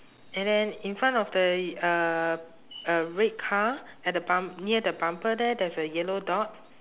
and then in front of the y~ uh uh red car at the bum~ near the bumper there there is a yellow dot